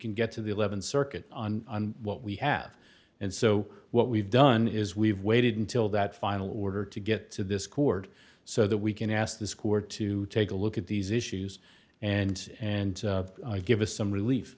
can get to the th circuit on what we have and so what we've done is we've waited until that final order to get to this court so that we can ask the square to take a look at these issues and and give us some relief